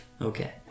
Okay